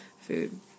food